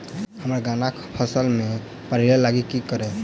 हम्मर गन्ना फसल मे पायरिल्ला लागि की करियै?